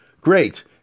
Great